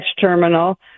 terminal